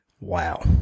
wow